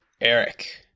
Eric